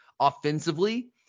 offensively